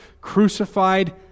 crucified